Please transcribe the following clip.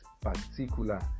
particular